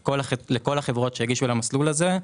כל החברות שהגישו למסלול הזה.